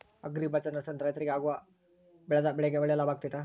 Agri Bazaar ನಡೆಸ್ದೊರಿಂದ ರೈತರಿಗೆ ಅವರು ಬೆಳೆದ ಬೆಳೆಗೆ ಒಳ್ಳೆ ಲಾಭ ಆಗ್ತೈತಾ?